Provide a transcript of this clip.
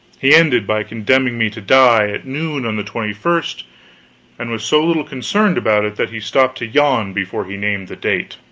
he ended by condemning me to die at noon on the twenty first and was so little concerned about it that he stopped to yawn before he named the date.